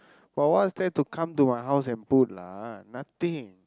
but what's there to come to my house and put lah nothing